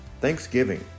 Thanksgiving